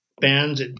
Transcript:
Bands